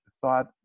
thought